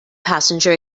passenger